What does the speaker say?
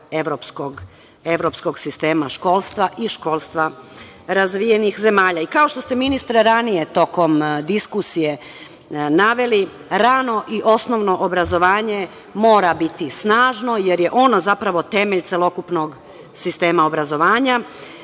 evropskog sistema školstva i školstva razvijenih zemalja. Kao što ste, ministre, ranije tokom diskusije naveli, rano i osnovno obrazovanje mora biti snažno, jer je ono zapravo temelj celokupnog sistema obrazovanja.